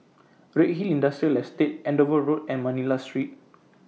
Redhill Industrial Estate Andover Road and Manila Street